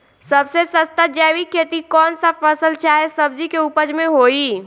सबसे सस्ता जैविक खेती कौन सा फसल चाहे सब्जी के उपज मे होई?